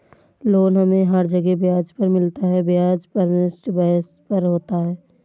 loan हमे हर जगह ब्याज पर मिलता है ब्याज परसेंटेज बेस पर होता है